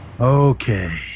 Okay